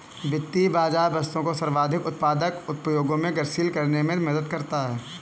वित्तीय बाज़ार बचतों को सर्वाधिक उत्पादक उपयोगों में गतिशील करने में मदद करता है